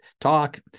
talk